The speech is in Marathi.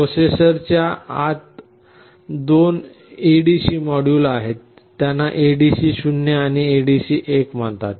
प्रोसेसरच्या आत अशी दोन ADC मॉड्यूल आहेत त्यांना ADC 0 आणि ADC 1 म्हणतात